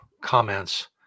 comments